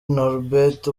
norbert